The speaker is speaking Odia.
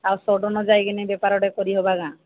ଆଉ ସଡନ୍ ଯାଇକିନି ବେପାରଟେ କରିହବା କାଁ